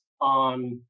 on